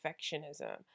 perfectionism